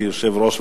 כיושב-ראש,